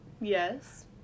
Yes